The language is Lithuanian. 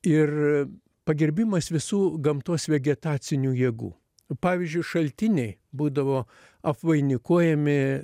ir pagerbimas visų gamtos vegetacinių jėgų pavyzdžiui šaltiniai būdavo apvainikuojami